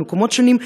ממקומות שונים,